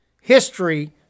history